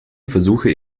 versuche